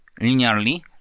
linearly